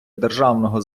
державного